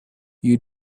you